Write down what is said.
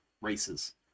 races